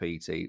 PT